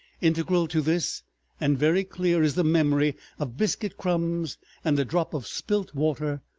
integral to this and very clear is the memory of biscuit crumbs and a drop of spilt water,